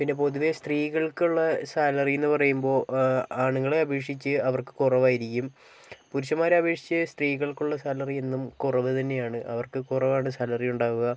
പിന്നെ പൊതുവേ സ്ത്രീകള്ക്കുള്ള സാലറിയെന്ന് പറയുമ്പോൾ ആണുങ്ങളെ അപേക്ഷിച്ച് അവര്ക്ക് കുറവായിരിക്കും പുരുഷന്മാരെ അപേക്ഷിച്ച് സ്ത്രീകള്ക്കുള്ള സാലറി എന്നും കുറവ് തന്നെയാണ് അവര്ക്ക് കുറവാണ് സാലറി ഉണ്ടാവുക